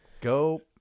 Go